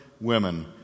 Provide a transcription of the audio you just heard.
women